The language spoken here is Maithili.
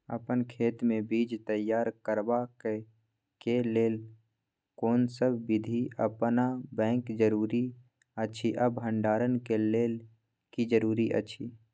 अपन खेत मे बीज तैयार करबाक के लेल कोनसब बीधी अपनाबैक जरूरी अछि आ भंडारण के लेल की जरूरी अछि?